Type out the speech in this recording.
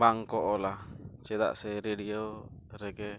ᱵᱟᱝᱠᱚ ᱚᱞᱟ ᱪᱮᱫᱟᱜ ᱥᱮ ᱨᱮᱜᱮ